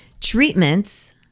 Treatments